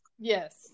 Yes